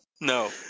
No